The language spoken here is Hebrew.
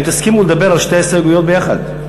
האם תסכימו לדבר על שתי ההסתייגויות ביחד?